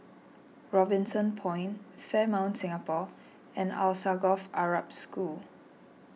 Robinson Point Fairmont Singapore and Alsagoff Arab School